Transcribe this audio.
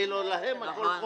אצלם הכול חופשי,